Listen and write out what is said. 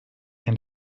and